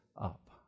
up